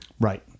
Right